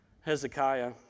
Hezekiah